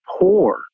poor